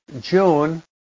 June